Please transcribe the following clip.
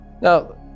Now